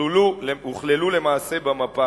והוכללו למעשה במפה.